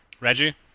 Reggie